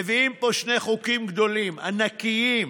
מביאים פה שני חוקים גדולים, ענקיים,